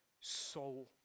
soul